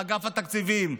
מאגף התקציבים,